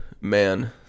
man